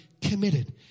committed